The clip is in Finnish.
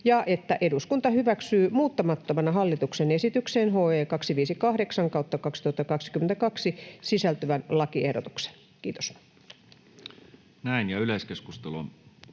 ja että eduskunta hyväksyy muuttamattomana hallituksen esitykseen HE 258/2022 sisältyvän lakiehdotuksen. — Kiitos.